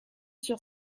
sur